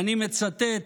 ואני מצטט,